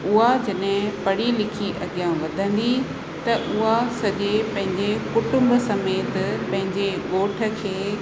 उहा जॾहिं पढ़ी लिखी अॻियां वधंदी त उहा सॼे पंहिंजे कुटुंब समेत पंहिंजे ॻोठ खे